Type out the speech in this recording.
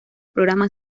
programa